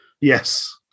Yes